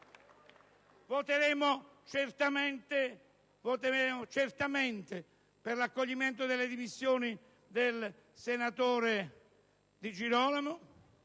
Voteremo certamente per l'accoglimento delle dimissioni del senatore Di Girolamo,